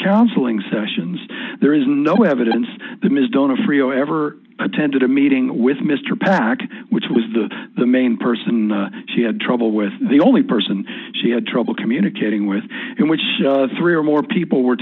counseling sessions there is no evidence that ms donofrio ever attended a meeting with mr pak which was the the main person she had trouble with the only person she had trouble communicating with in which three or more people were